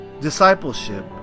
discipleship